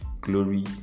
glory